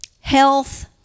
health